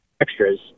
extras